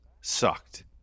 sucked